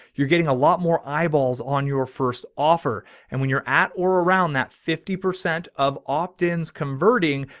you're getting a lot more eyeballs on your first offer. and when you're at, or around that, fifty percent of opt-ins converting,